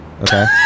Okay